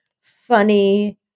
funny